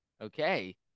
Okay